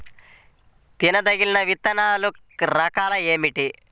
తినదగిన విత్తనాల రకాలు ఏమిటి?